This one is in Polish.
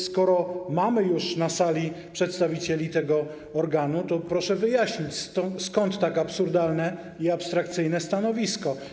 Skoro mamy już na sali przedstawicieli tego organu, to proszę wyjaśnić, skąd tak absurdalne i abstrakcyjne stanowisko.